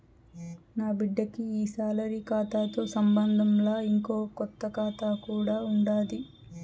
నాబిడ్డకి ఈ సాలరీ కాతాతో సంబంధంలా, ఇంకో కొత్త కాతా కూడా ఉండాది